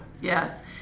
yes